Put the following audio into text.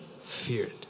feared